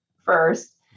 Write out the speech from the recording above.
first